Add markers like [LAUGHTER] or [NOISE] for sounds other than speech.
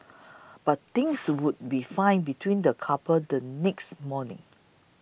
[NOISE] but things would be fine between the couple the next morning